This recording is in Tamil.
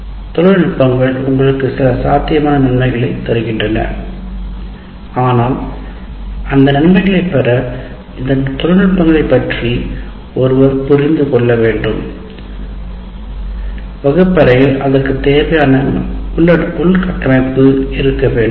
விநியோக தொழில்நுட்பங்கள் உங்களுக்கு சில சாத்தியமான நன்மைகளைத் தருகின்றன ஆனால் அந்த நன்மைகளைப் பெற இந்த தொழில்நுட்பங்களின் பங்கை ஒருவர் புரிந்து கொள்ள வேண்டும் வகுப்பறையில் அதற்கு தேவையான உள்கட்டமைப்பு இருக்க வேண்டும்